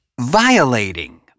violating